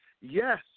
Yes